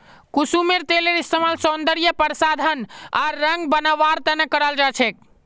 कुसुमेर तेलेर इस्तमाल सौंदर्य प्रसाधन आर रंग बनव्वार त न कराल जा छेक